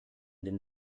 den